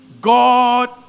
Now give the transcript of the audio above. God